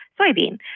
soybean